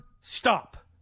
stop